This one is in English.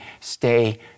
stay